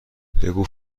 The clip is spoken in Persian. بگو